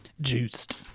juiced